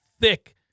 thick